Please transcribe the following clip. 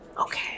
Okay